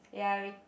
ya